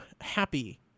happy